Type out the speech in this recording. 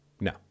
No